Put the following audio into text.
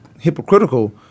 hypocritical